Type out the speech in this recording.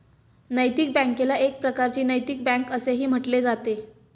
नैतिक बँकेला एक प्रकारची नैतिक बँक असेही म्हटले जाते